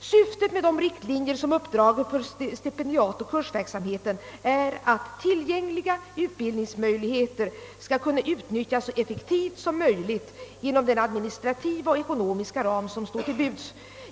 Syftet med de riktlinjer som uppdragits för stipediatoch kursverksamheten är att tillgängliga utbildningsmöjligheter skall kunna utnyttjas så effektivt som möjligt inom den administrativa och ekonomiska ram som står till buds.